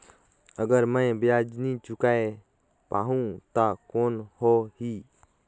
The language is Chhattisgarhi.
अगर मै ब्याज नी चुकाय पाहुं ता कौन हो ही?